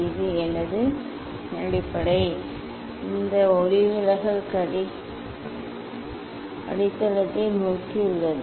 இது எனது அடிப்படை இந்த ஒளிவிலகல் கதிர் அடித்தளத்தை நோக்கி உள்ளது